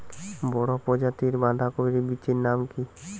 বড় প্রজাতীর বাঁধাকপির বীজের নাম কি?